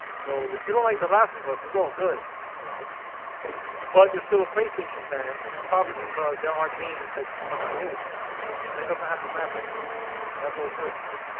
so if you don't like the last of us, it's all good, you know but you're still a playstation fan and it's probably because there are games that you find amazing and it doesn't have to match anybody and that's all good you know